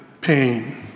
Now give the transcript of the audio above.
pain